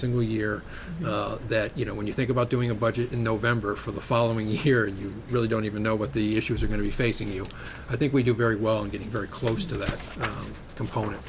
single year that you know when you think about doing a budget in november for the following here and you really don't even know what the issues are going to be facing you i think we do very well in getting very close to the component